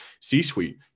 C-suite